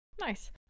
Nice